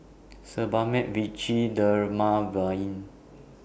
Sebamed Vichy Dermaveen